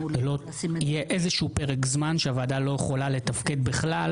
לא יהיה איזה שהוא פרק זמן שהוועדה לא תוכל לתפקד בגלל